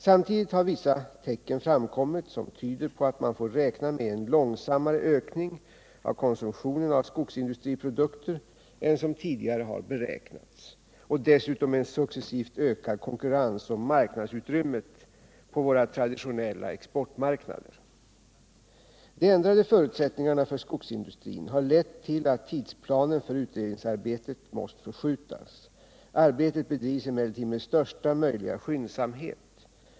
Samtidigt har vissa tecken framkommit som tyder på att man får räkna med en långsammare ökning av konsumtionen av skogsindustriprodukter än som tidigare har beräknats och dessutom en successivt ökad konkurrens om marknadsutrymmet på våra traditionella exportmarknader. De ändrade förutsättningarna för skogsindustrin har lett till att tidsplanen för utredningsarbetet måst förskjutas. Arbetet bedrivs emellertid med största möjliga skyndsamhet.